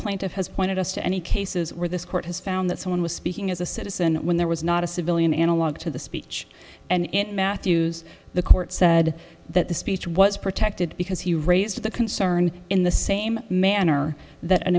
plaintiff has pointed us to any cases where this court has found that someone was speaking as a citizen when there was not a civilian analogue to the speech and it matthews the court said that the speech was protected because he raised the concern in the same manner that a